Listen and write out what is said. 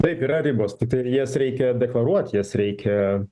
taip yra ribos tiktai jas reikia deklaruot jas reikia